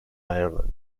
ireland